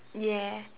yeah